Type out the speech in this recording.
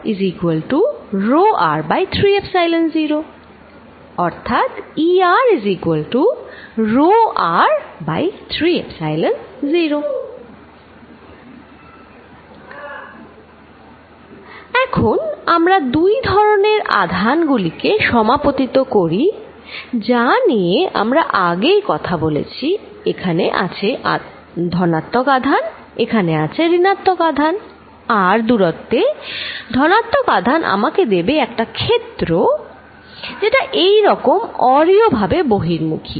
এখন আমরা দুই ধরনের আধান গুলিকে সমাপতিত করি যা নিয়ে আমরা আগেই কথা বলেছি এখানে আছে ধনাত্মক আধান এখানে আছে ঋণাত্মক আধান r দূরত্বে ধনাত্মক আধান আমাকে দেবে একটা ক্ষেত্র যেটা এইরকম অরিয় ভাবে বহির্মুখী